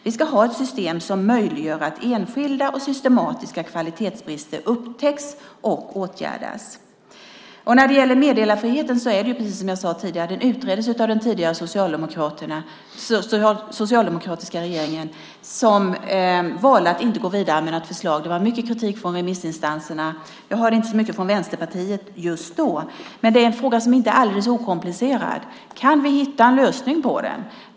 Vi ska ha ett system som möjliggör att enskilda och systematiska kvalitetsbrister upptäcks och åtgärdas. Meddelarfriheten utreddes av den tidigare, socialdemokratiska regeringen som valde att inte gå vidare med något förslag. Det var mycket kritik från remissinstanserna. Jag hörde inte så mycket från Vänsterpartiet just då. Detta är en fråga som inte är alldeles okomplicerad. Kan vi hitta en lösning på den?